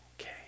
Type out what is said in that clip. okay